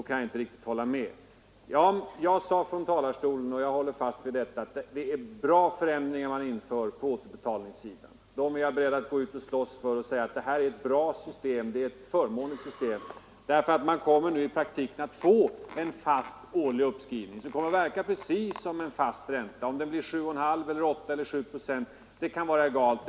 Jag sade från talarstolen, och jag håller fast vid det, att det är bra förändringar som genomförs på återbetalnings sidan. Jag är beredd att försvara dem och säga att de innebär en förmånlig ordning. Man kommer nu i praktiken att få en fast årlig uppskrivning, som ger precis samma utslag som en fast ränta. Om den blir 7, 7,5 eller 8 procent kan vara egalt.